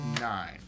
nine